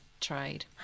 trade